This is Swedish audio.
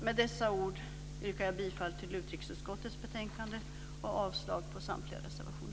Med dessa ord yrkar jag bifall till utrikesutskottets förslag i betänkandet och avslag på samtliga reservationer.